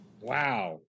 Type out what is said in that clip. Wow